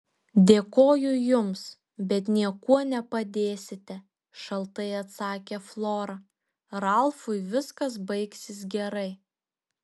dėkoju jums bet niekuo nepadėsite šaltai atsakė flora ralfui viskas baigsis gerai